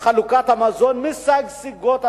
חלוקת המזון משגשגות.